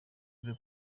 bebe